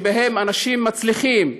שבהם אנשים מצליחים,